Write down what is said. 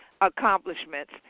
accomplishments